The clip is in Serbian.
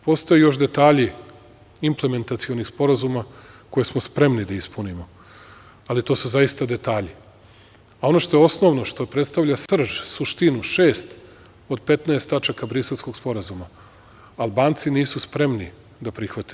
Postoje još detalji implementacionih sporazuma, koje smo spremni da ispunimo, ali to su zaista detalji, a ono što je osnovno, što predstavlja srž, suštinu šest od 15 tačaka Briselskog sporazuma, Albanci nisu spremni da prihvate.